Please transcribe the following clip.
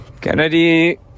Kennedy